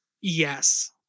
Yes